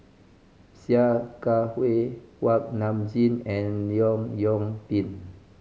Sia Kah Hui Kuak Nam Jin and Leong Yoon Pin